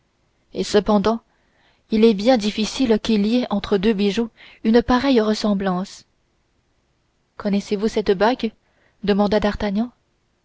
et cependant il est bien difficile qu'il y ait entre deux bijoux une pareille ressemblance connaissez-vous cette bague demanda d'artagnan